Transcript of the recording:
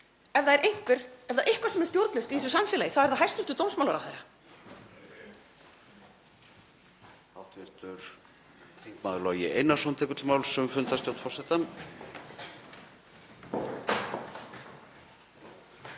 Ef það er eitthvað sem er stjórnlaust í þessu samfélagi þá er það hæstv. dómsmálaráðherra.